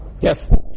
Yes